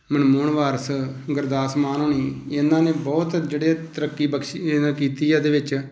ਮਨਮੋਹਨ ਵਾਰਸ ਗੁਰਦਾਸ ਮਾਨ ਹੁਣੀ ਇਹਨਾਂ ਨੇ ਬਹੁਤ ਜਿਹੜੀ ਤਰੱਕੀ ਬਖਸ਼ੀ ਹੈ ਕੀਤੀ ਆ ਇਹਦੇ ਵਿੱਚ